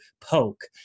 poke